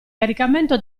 caricamento